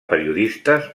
periodistes